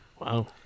Wow